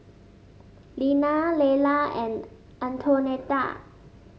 Lina Lela and Antonetta